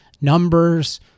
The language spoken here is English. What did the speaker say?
numbers